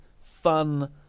fun